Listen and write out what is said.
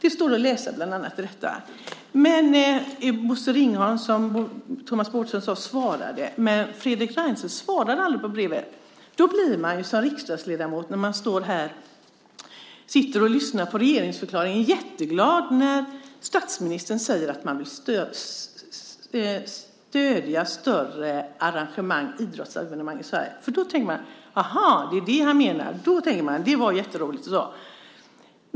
Bosse Ringholm svarade, som Thomas Bodström sade. Men Fredrik Reinfeldt svarade aldrig på brevet. När man då som riksdagsledamot sitter och lyssnar på regeringsförklaringen blir man jätteglad när statsministern säger att regeringen vill stödja större idrottsevenemang i Sverige. Då tänker man: Aha! Det är det han menar. Det var jätteroligt och bra!